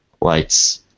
Lights